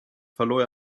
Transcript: verlor